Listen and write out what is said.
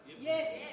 Yes